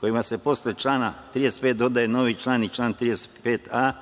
kojima se posle člana 35. dodaje novi član i član 35a